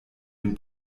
den